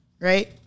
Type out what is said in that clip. right